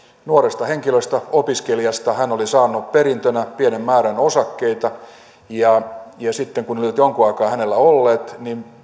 nuoresta henkilöstä opiskelijasta hän oli saanut perintönä pienen määrän osakkeita ja sitten kun ne olivat jonkun aikaa hänellä olleet